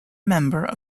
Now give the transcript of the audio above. member